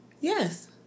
Yes